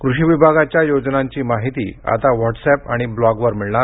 कृषी विभागाच्या योजनांची माहिती आता व्हॉट्सअप आणि ब्लॉगवर मिळणार